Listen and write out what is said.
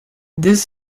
this